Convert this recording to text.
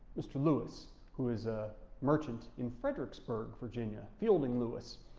mr. lewis, who is a merchant in fredericksburg, virginia, fielding lewis,